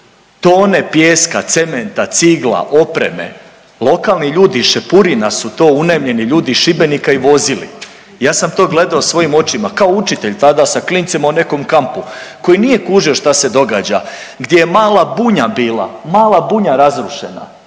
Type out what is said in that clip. tone pijeska, cementa, cigla, opreme, lokalni ljudi iz Šepurina su unajmljeni ljudi iz Šibenika i vozili. Ja sam to gledo svojim očima, kao učitelj tada sa klincima u nekom kampu koji nije kužio šta se događa, gdje je mala bunja bila, mala bunja razrušena,